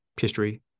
history